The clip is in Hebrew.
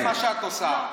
מה שאת עושה.